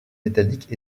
métalliques